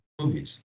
movies